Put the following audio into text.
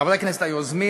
חברי הכנסת היוזמים,